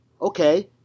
okay